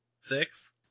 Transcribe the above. Six